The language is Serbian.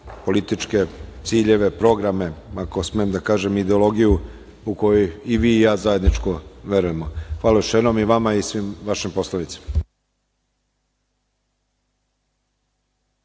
političke ciljeve, programe, ako smem da kažem ideologiju u koju i vi i ja zajednički verujemo. Hvala još jednom i vama i svim vašim poslanicima.